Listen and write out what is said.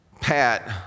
Pat